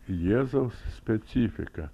jėzaus specifika